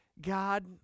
god